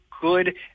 good